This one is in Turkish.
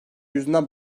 yüzünden